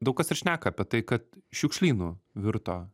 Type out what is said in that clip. daug kas ir šneka apie tai kad šiukšlynu virto